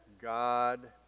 God